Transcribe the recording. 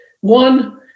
one